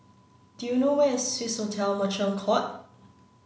do you know where is Swissotel Merchant Court